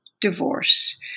divorce